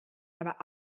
aber